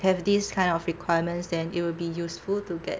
have this kind of requirements then it will be useful to get